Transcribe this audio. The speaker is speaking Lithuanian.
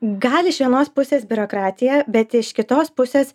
gal iš vienos pusės biurokratija bet iš kitos pusės